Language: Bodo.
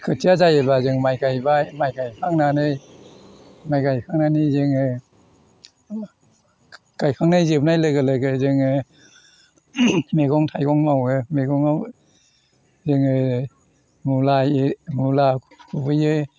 खोथिया जायोबा जों माइ गायबाय माइ गायखांनानै माइ गायखांनानै जोङो गायखांनाय जोबनाय लोगो लोगो जोङो मैगं थाइगं मावो मैगंआव जोङो मुला ए मुला खुबैयो